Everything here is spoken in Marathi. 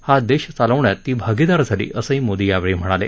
हा देश चालवण्यात ती भागिदार झाली असंही मोदी यावेळी म्हणाले